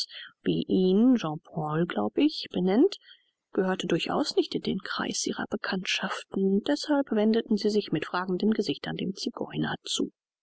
glaub ich benennt gehörte durchaus nicht in den kreis ihrer bekanntschaften deßhalb wendeten sie sich mit fragenden gesichtern dem zigeuner zu